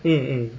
mm